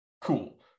cool